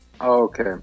Okay